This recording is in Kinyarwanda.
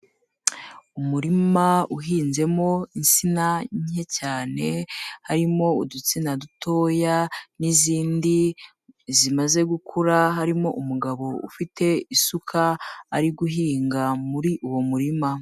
Umurima uhinzemo insina nke cyane, harimo udutsia dutoya n'izindi zimaze gukura, harimo umugabo ufite isuka ari guhinga muri uwo murima.